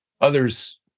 others